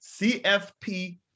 CFP